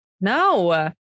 No